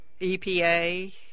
EPA